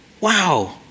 Wow